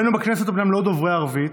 רובנו בכנסת אומנם לא דוברי ערבית,